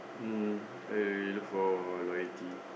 um why you look for loyalty